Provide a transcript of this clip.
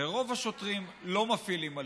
ורוב השוטרים לא מפעילים אלימות,